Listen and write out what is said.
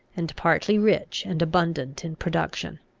and partly rich and abundant in production.